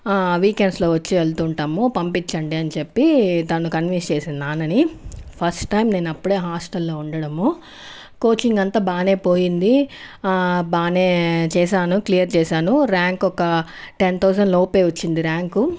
వీకెండ్స్లో వచ్చి వెళ్తుంటాము పంపించండి అని చెప్పి తను కన్విన్స్ చేసింది నాన్నని ఫస్ట్ టైమ్ నేను అప్పుడే హాస్టల్లో ఉండడము కోచింగ్ అంతా బాగానే పోయింది బాగానే చేశాను క్లియర్ చేశాను ర్యాంక్ ఒక టెన్ థౌసండ్లోపే వచ్చింది ర్యాంకు